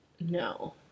No